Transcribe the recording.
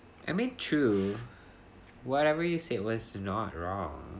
I mean true whatever you said was not wrong